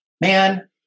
man